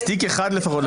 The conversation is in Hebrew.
תיק אחד לפחות,